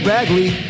Bagley